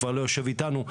כבר לא יושב אתנו,